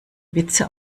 witze